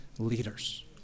leaders